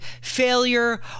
failure